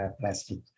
plastic